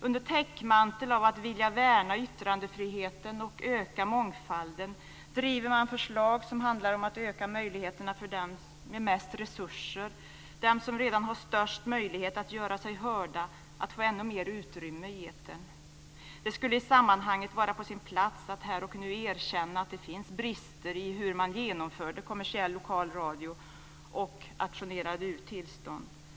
Under täckmantel av att vilja värna yttrandefriheten och öka mångfalden driver man förslag som handlar om att öka möjligheterna för dem med mest resurser, de som redan har störst möjlighet att göra sig hörda, att få ännu mer utrymme i etern. Det skulle i sammanhanget vara på sin plats att här och nu erkänna att det finns brister i fråga om hur man genomförde kommersiell lokal radio och auktionerade ut tillstånd.